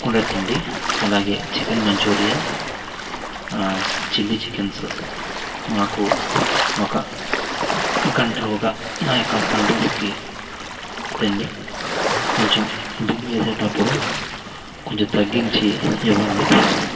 కూడా తేయండి అలాగే చికెన్ మంచూరియా చిల్లీ చికెన్స్ మాకు ఒక గంటలోగా మా యొక్క అడ్రస్కి తెండి కొంచెం బిల్ వేసేటప్పుడు కొంచెం తగ్గించి ఇవ్వండి